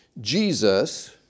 Jesus